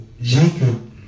Jacob